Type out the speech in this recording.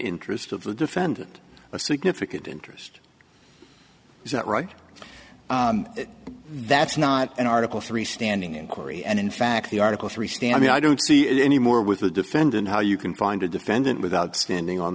interest of the defendant a significant interest is that right that's not an article three standing inquiry and in fact the article three stand i mean i don't see anymore with the defendant how you can find a defendant without standing on